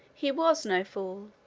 he was no fool,